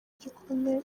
gikomeye